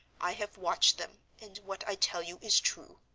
i have watched them, and what i tell you is true.